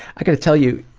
i gotta tell you,